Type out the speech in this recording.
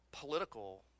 political